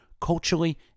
culturally